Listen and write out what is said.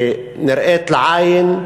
נראית לעין,